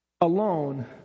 alone